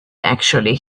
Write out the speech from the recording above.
actually